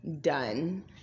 done